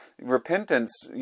repentance